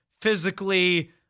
physically